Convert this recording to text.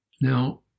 Now